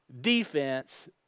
defense